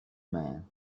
man